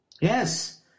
Yes